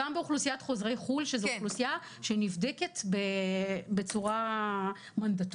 גם באוכלוסיית חוזרי חו"ל שזו אוכלוסייה שנבדקת בצורה מנדטורית,